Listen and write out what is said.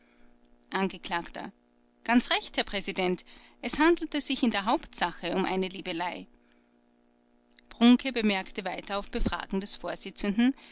angekl ganz recht herr präsident es handelte sich in der hauptsache um eine liebelei brunke bemerkte weiter auf befragen des vorsitzenden